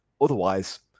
otherwise